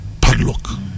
Padlock